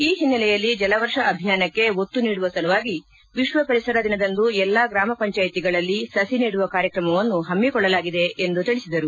ಈ ಹಿನ್ನೆಲೆಯಲ್ಲಿ ಜಲವರ್ಷ ಅಭಿಯಾನಕ್ಕೆ ಒತ್ತು ನೀಡುವ ಸಲುವಾಗಿ ವಿಶ್ವಪರಿಸರ ದಿನದಂದು ಎಲ್ಲ ಗ್ರಾಮ ಪಂಚಾಯಿತಿಗಳಲ್ಲಿ ಸಸಿ ನೆಡುವ ಕಾರ್ಯತ್ರಮವನ್ನು ಪಮ್ಮಿಕೊಳ್ಳಲಾಗಿದೆ ಎಂದು ತಿಳಿಸಿದರು